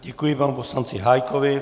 Děkuji panu poslanci Hájkovi.